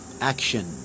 action